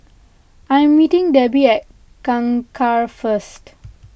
I am meeting Debi at Kangkar first